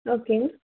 okay